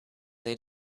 they